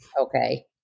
Okay